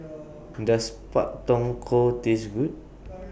Does Pak Thong Ko Taste Good